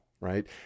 right